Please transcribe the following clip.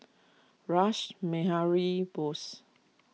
Rash Behari Bose